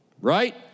right